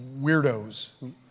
weirdos